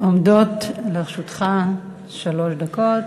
עומדות לרשותך שלוש דקות.